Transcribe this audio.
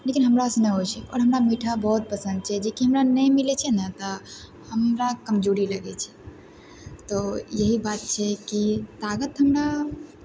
लेकिन हमरा से नहि होइ छै आओर हमरा मीठा बहुत पसन्द छै जे कि हमरा नहि मिलय छै ने तऽ हमरा कमजोरी लगय छै तऽ यही बात छै कि तागत हमे